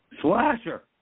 Slasher